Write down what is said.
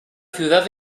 ciudad